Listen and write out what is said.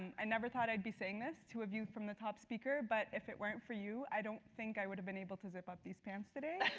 i never thought i'd be saying this to a view from the top speaker. but if it weren't for you, i don't think i would have been able to zip up these pants today.